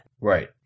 Right